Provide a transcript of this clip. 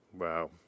Wow